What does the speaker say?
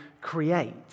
create